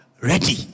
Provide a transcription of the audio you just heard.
ready